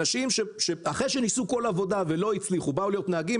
אנשים אחרי שניסו כל עבודה ולא הצליחו באו להיות נהגים.